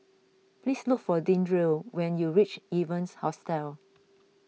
please look for Deandre when you reach Evans Hostel